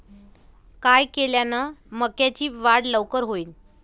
काय केल्यान मक्याची वाढ लवकर होईन?